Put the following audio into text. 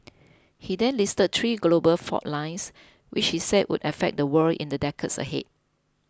he then listed three global fault lines which he said would affect the world in the decades ahead